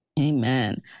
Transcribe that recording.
Amen